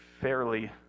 fairly